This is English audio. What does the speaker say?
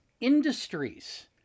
Industries